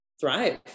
thrive